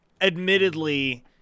admittedly